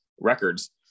records